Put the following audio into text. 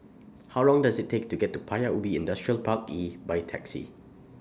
How Long Does IT Take to get to Paya Ubi Industrial Park E By Taxi